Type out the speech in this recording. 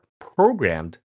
programmed